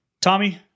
Tommy